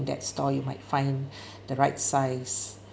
that stall you might find the right size